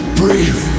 breathe